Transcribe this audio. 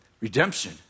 redemption